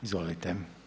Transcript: Izvolite.